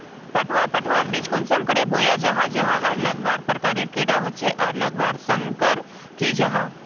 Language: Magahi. पटवा पटवार बीज कुंसम करे बोया जाहा जाहा आर लगवार प्रकारेर कैडा होचे आर लगवार संगकर की जाहा?